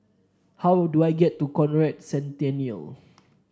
how do I get to Conrad Centennial